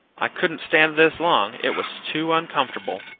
i couldn't stand this long it was too uncomfortable.